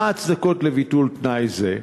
שאלותי: 1. מה היא ההצדקות לביטול תנאי זה?